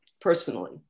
personally